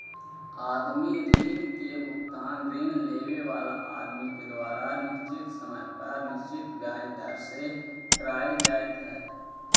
आदमी ऋण के भुगतान ऋण लेवे वाला आदमी के द्वारा निश्चित समय पर निश्चित ब्याज दर से कईल जा हई